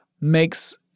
makes